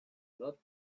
lot